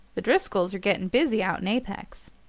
the driscolls are getting busy out in apex.